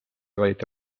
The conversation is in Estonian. valiti